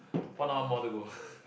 one hour more to go